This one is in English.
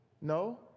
No